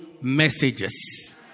messages